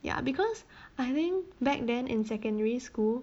ya because I think back then in secondary school